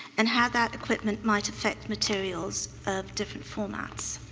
and how that equipment might affect materials of different formats.